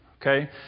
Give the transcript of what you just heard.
Okay